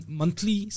monthly